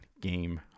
game